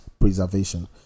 preservation